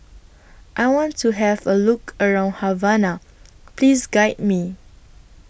I want to Have A Look around Havana Please Guide Me